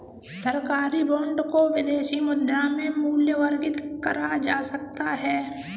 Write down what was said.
सरकारी बॉन्ड को विदेशी मुद्रा में मूल्यवर्गित करा जा सकता है